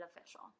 official